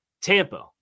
Tampa